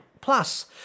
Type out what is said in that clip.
Plus